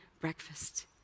breakfast